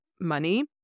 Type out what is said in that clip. money